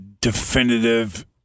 definitive